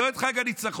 לא את חג הניצחון.